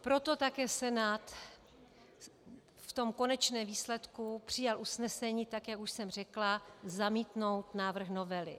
Proto také Senát v konečném výsledku přijal usnesení, jak už jsem řekla, zamítnout návrh novely.